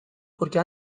porque